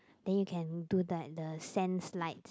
then you can do like the sand slides